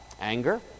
anger